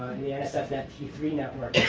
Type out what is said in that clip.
the nsfnet t three network,